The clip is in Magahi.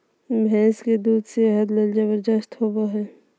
भैंस के दूध सेहत ले जबरदस्त होबय हइ